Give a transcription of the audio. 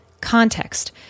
Context